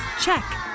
Check